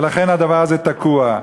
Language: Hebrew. ולכן הדבר הזה תקוע.